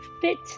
fit